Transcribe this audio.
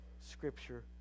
scripture